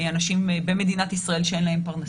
אנשים במדינת ישראל שאין להם פרנסה.